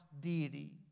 deity